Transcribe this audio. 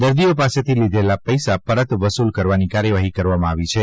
દર્દીઓ પાસેથી લીધેલા પૈસા પરત વસ્તુલ કરવાની કાર્યવાહી કરવામાં આવી છે